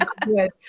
good